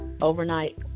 Overnight